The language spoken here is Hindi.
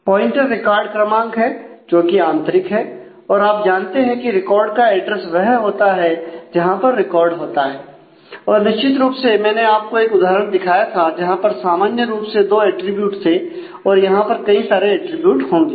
प्वाइंटर रिकॉर्ड क्रमांक है जोकि आंतरिक है और आप जानते हैं की रिकॉर्ड का एड्रेस वह होता है जहां पर रिकॉर्ड होता है और निश्चित रूप से मैंने आपको एक उदाहरण दिखाया था जहां पर सामान्य रूप से दो अटरीब्यूट थे और यहां पर कई सारे अट्रिब्यूट होंगे